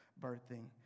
birthing